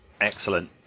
Excellent